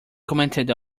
commented